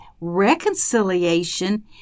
reconciliation